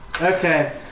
Okay